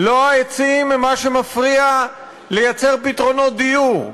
לא העצים הם מה שמפריע לייצר פתרונות דיור.